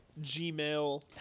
Gmail